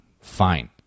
fine